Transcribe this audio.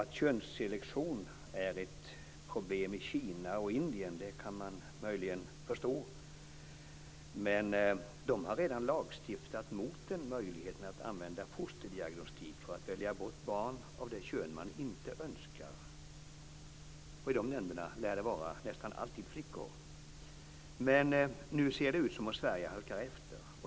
Att könsselektion är ett problem i Kina och Indien kan man möjligen förstå, men där har man redan lagstiftat mot möjligheten att använda fosterdiagnostik för att välja bort barn av det kön som man inte önskar. I de länderna lär det nästan alltid vara fråga om flickor. Men nu ser det ut som om Sverige halkar efter.